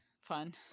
fun